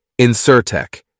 insurtech